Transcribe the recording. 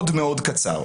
מאוד מאוד קצר.